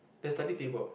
the study table